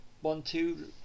one-two